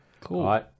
Cool